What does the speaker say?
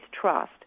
trust